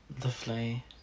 Lovely